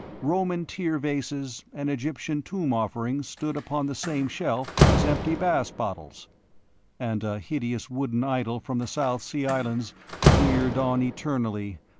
roman tear-vases and egyptian tomb-offerings stood upon the same shelf as empty bass bottles and a hideous wooden idol from the south sea islands leered on eternally,